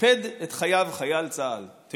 קיפד את חייו חייל צה"ל, ".